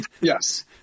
Yes